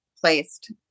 placed